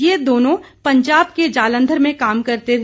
ये दोनों पंजाब के जालंधर में काम करते हैं